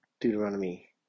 Deuteronomy